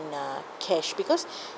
in uh cash because